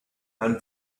and